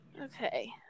okay